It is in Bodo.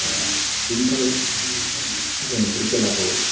बेनि थाखाय जोङो बे खेलाखौ